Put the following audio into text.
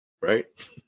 right